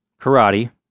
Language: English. karate